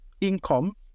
income